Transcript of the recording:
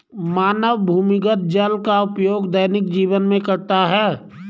मानव भूमिगत जल का उपयोग दैनिक जीवन में करता है